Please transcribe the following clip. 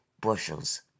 bushels